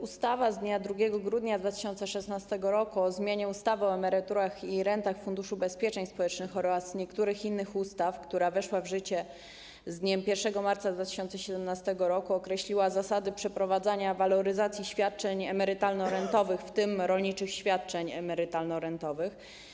Ustawa z dnia 2 grudnia 2016 r. o zmianie ustawy o emeryturach i rentach z Funduszu Ubezpieczeń Społecznych oraz niektórych innych ustaw, która weszła w życie z dniem 1 marca 2017 r., określiła zasady przeprowadzania waloryzacji świadczeń emerytalno-rentowych, w tym rolniczych świadczeń emerytalno-rentowych.